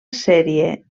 sèrie